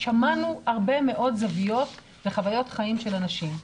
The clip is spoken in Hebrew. שמענו הרבה מאוד זוויות וחוויות חיים של אנשים.